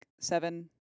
Seven